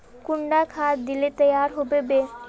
कुंडा खाद दिले तैयार होबे बे?